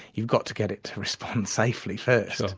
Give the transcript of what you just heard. you've got to get it to respond safely first.